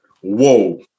Whoa